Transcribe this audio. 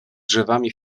drzewami